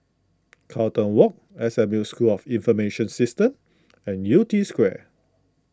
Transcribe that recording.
Carlton Walk S M U School of Information Systems and Yew Tee Square